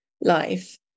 life